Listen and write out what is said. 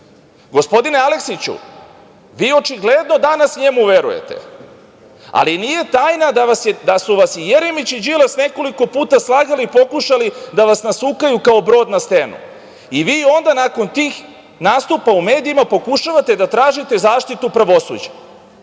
radnici. Gospodine Aleksiću, vi očigledno danas njemu verujete. Ali, nije tajna da su vas i Jeremić i Đilas nekoliko puta slagali i pokušali da vas nasukaju kao brod na stenu. I vi onda, nakon tih nastupa u medijima, pokušavate da tražite zaštitu od pravosuđa.